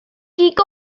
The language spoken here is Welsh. gig